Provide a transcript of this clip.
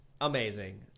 Amazing